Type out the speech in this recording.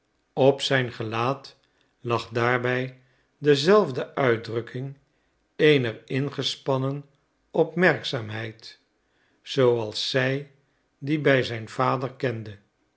op zijn gelaat lag daarbij dezelfde uitdrukking eener ingespannen opmerkzaamheid zooals zij die bij zijn vader kende